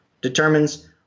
determines